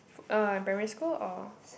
uh in primary school or